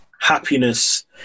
happiness